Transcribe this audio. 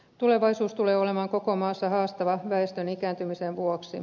tulevaisuus tulee olemaan koko maassa haastava väestön ikääntymisen vuoksi